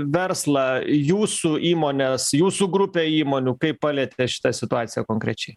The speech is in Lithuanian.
verslą jūsų įmones jūsų grupę įmonių kaip palietė šita situacija konkrečiai